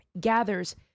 gathers